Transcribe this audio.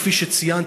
כפי שציינת,